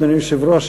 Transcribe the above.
אדוני היושב-ראש,